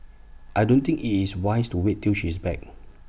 I don't think IT is wise to wait till she is back